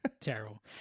Terrible